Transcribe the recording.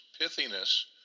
pithiness